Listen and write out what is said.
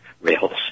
rails